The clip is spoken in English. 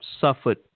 suffered